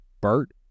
Bert